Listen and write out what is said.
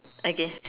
okay